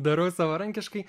darau savarankiškai